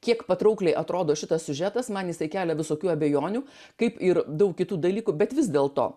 kiek patraukliai atrodo šitas siužetas man jisai kelia visokių abejonių kaip ir daug kitų dalykų bet vis dėl to